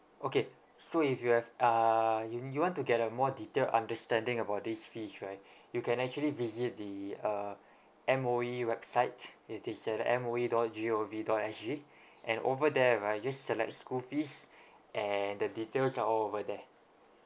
okay so if you have uh you you want to get a more detailed understanding about these fees right you can actually visit the uh M_O_E website it is at M O E dot G O V dot S G and over there right you just select school fees and the details are all over there